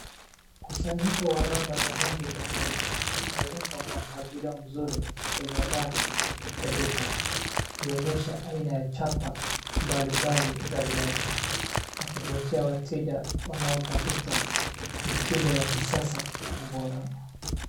Mkusanyiko wa rubber za rangi tofauti umewekwa kwa mpangilio mzuri kwenye rack ya duka ikionyesha aina ya chapa mbalimbali ya vitau na vutia wateja wanaotafuta mitindo ya kisasa na ubora